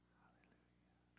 hallelujah